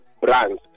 Brands